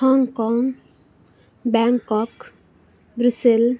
Hong Kong Bangkok Brazil